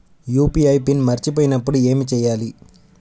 UPI PIN మరచిపోయినప్పుడు ఏమి చేయాలి?